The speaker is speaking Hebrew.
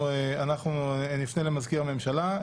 אנחנו נפנה למזכיר הממשלה.